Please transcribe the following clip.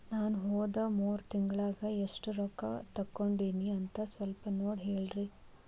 ನಾ ಹೋದ ಮೂರು ತಿಂಗಳದಾಗ ಎಷ್ಟು ರೊಕ್ಕಾ ತಕ್ಕೊಂಡೇನಿ ಅಂತ ಸಲ್ಪ ನೋಡ ಹೇಳ್ರಿ